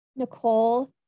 Nicole